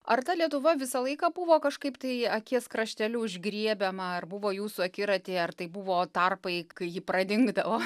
ar ta lietuva visą laiką buvo kažkaip tai akies krašteliu užgriebiama ar buvo jūsų akiratyje ar tai buvo tarpai kai ji pradingdavo